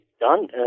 done